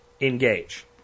engage